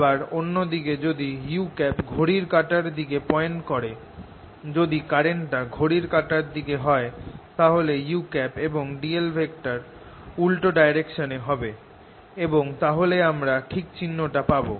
আবার অন্য দিকে যদি u ঘড়ির কাঁটার দিকে পয়েন্ট করে যদি কারেন্ট টা ঘড়ির কাটার দিকে হয় তাহলে u এবং dl উল্টো ডাইরেকশনে হবে এবং তাহলে আমরা ঠিক চিহ্নটা পাব